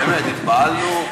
באמת, התפעלנו.